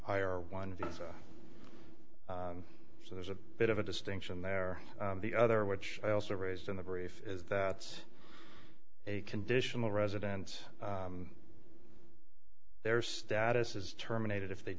i r one visa so there's a bit of a distinction there the other which i also raised in the brief is that it's a conditional residence their status is terminated if they